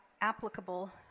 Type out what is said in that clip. applicable